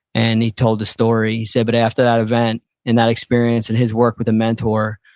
and he told the story. he said, but after that event and that experience and his work with a mentor,